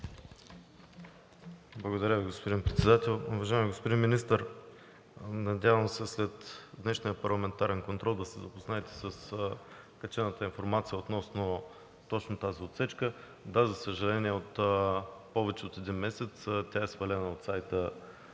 Благодаря Ви, господин Председател. Уважаеми господин Министър, надявам се след днешния парламентарен контрол да се запознаете с качената информация относно точно тази отсечка. Да, за съжаление, от повече от един месец тя е свалена от сайта